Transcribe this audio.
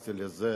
התייחסתי לזה,